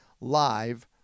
live